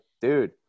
dude